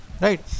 right